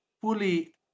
fully